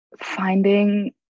finding